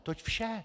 Toť vše.